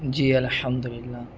جی الحمد للہ